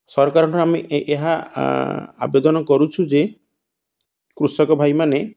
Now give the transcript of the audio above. ସରକାରଠୁ ଆମେ ଏହା ଆବେଦନ କରୁଛୁ ଯେ କୃଷକ ଭାଇମାନେ